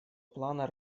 плана